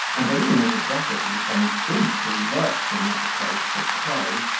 and believing his aggressor to be some thief who lurked in that place for prey,